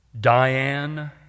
Diane